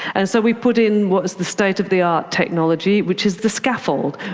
and so we put in what's the state of the art technology, which is the scaffold.